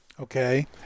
Okay